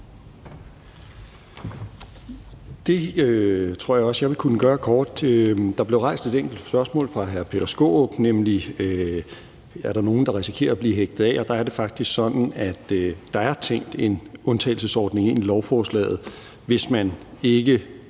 Det tror jeg også jeg vil kunne gøre kort. Der blev rejst et enkelt spørgsmål af hr. Peter Skaarup, nemlig om der er nogen, der risikerer at blive hægtet af, og der er det faktisk sådan, at der er tænkt en undtagelsesordning ind i lovforslaget. Hvis man ikke